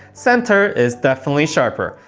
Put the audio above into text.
center is definitely sharper.